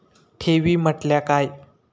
ठेवी म्हटल्या काय?